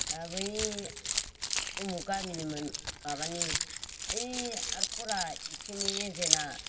बै उमुग गामिनिमोन माबानि ओइ इयारखरा इथिंनि एजेन्टा